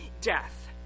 death